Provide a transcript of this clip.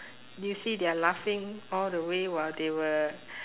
you see they're laughing all the way while they were